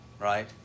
Right